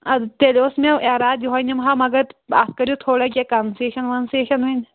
اَدٕ تیٛلہِ اوس مےٚ ایٚرادٕ یوٚہے نِمہٕ ہا مگر اتھ کٔرِو تھوڑا کیٚنٛہہ کَنسیٚشن وَنسیٚشن وۅنۍ